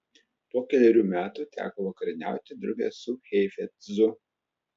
po kelerių metų teko vakarieniauti drauge su heifetzu